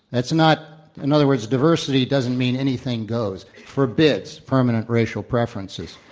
that's not in other words, diversity doesn't mean anything goes. forbids permanent racial preferences.